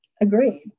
agreed